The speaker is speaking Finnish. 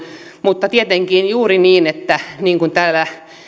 mutta tietenkin on juuri niin niin kuin täällä